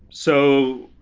so,